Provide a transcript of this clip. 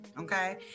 okay